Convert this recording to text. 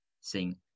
sing